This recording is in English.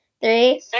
Three